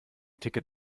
ticket